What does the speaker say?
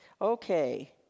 Okay